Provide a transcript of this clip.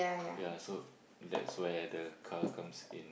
ya so that's where the car comes in